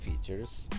features